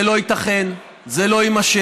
זה לא ייתכן, זה לא יימשך.